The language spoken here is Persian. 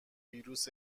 ویروس